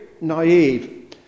naive